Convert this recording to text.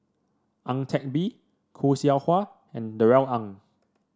Ang Teck Bee Khoo Seow Hwa and Darrell Ang